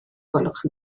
gwelwch